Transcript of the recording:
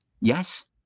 Yes